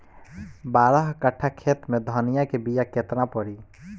बारह कट्ठाखेत में धनिया के बीया केतना परी?